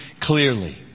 clearly